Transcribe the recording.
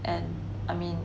and I mean